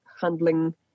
handling